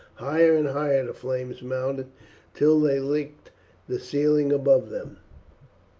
higher and higher the flames mounted till they licked the ceiling above them.